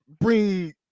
bring